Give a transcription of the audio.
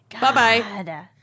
Bye-bye